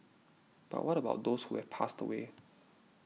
but what about those who have passed away